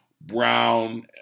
Brown